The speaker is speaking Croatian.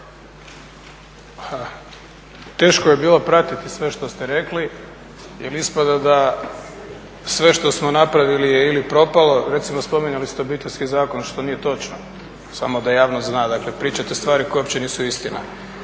Teško je bilo pratiti sve što ste rekli jer ispada da sve što smo napravili je ili propalo, recimo spominjali ste Obiteljski zakon što nije točno. Samo da javnost zna, dakle pričate stvari koje uopće nisu istina,